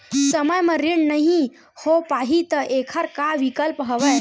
समय म ऋण नइ हो पाहि त एखर का विकल्प हवय?